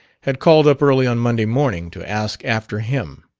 had called up early on monday morning to ask after him.